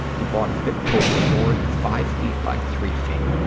he bought a thick poster board, five feet by three feet,